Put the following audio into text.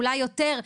אולי יותר,